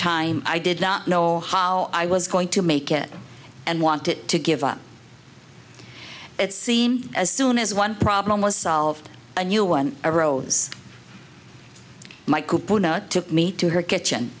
time i did not know how i was going to make it and want it to give up its seen as soon as one problem was solved a new one arose michael took me to her kitchen